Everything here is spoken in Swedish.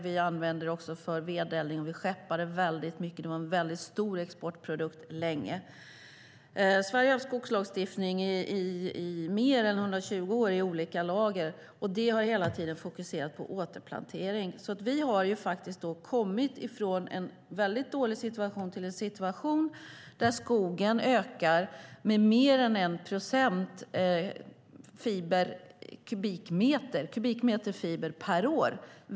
Vi använde dem också för vedeldning, och vi skeppade väldigt mycket, eftersom skogen var en väldigt stor exportprodukt länge. Sverige har haft en skogslagstiftning i mer än 120 år i olika lager som hela tiden har fokuserat på återplantering. Därför har vi faktiskt kommit från en väldigt dålig situation till en situation där skogen ökar med mer än 1 procent kubikmeter fiber per år.